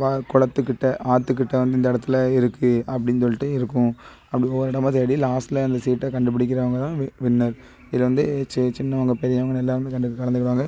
வ குளத்துக்கிட்ட ஆத்துக்கிட்ட வந்து இந்த இடத்துல இருக்குது அப்படின்னு சொல்லிட்டு இருக்கும் அப்படி ஒவ்வொரு இடமா தேடி லாஸ்ட்ல அந்த சீட்டை கண்டுபிடிக்கிறவங்க தான் வி வின்னர் இதில் வந்து சி சின்னவங்க பெரியவங்கன்னு எல்லாருமே கண்டு கலந்துக்கிருவாங்க